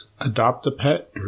Adopt-A-Pet